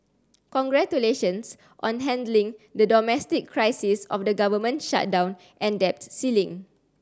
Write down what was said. congratulations on handling the domestic crisis of the government shutdown and debt ceiling